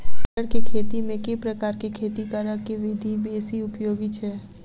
मटर केँ खेती मे केँ प्रकार केँ खेती करऽ केँ विधि बेसी उपयोगी छै?